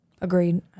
Agreed